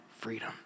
freedom